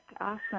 Awesome